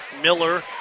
Miller